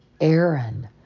Aaron